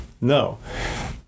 No